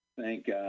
thank